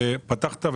פתחת,